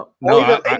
No